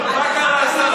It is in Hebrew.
באת מפויס,